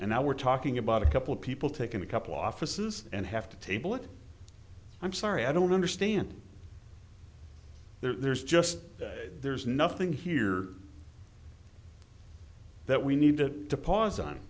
i were talking about a couple of people taken a couple offices and have to table it i'm sorry i don't understand there's just there's nothing here that we needed to pause on